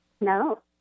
No